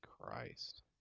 Christ